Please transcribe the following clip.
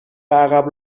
عقب